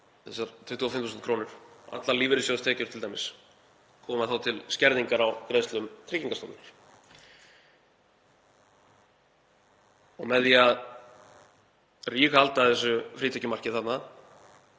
þessar 25.000 kr., allar lífeyrissjóðstekjur t.d., koma til skerðingar á greiðslum Tryggingastofnunar. Með því að ríghalda þessu frítekjumarki þarna